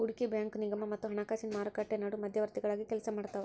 ಹೂಡಕಿ ಬ್ಯಾಂಕು ನಿಗಮ ಮತ್ತ ಹಣಕಾಸಿನ್ ಮಾರುಕಟ್ಟಿ ನಡು ಮಧ್ಯವರ್ತಿಗಳಾಗಿ ಕೆಲ್ಸಾಮಾಡ್ತಾವ